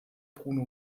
bruno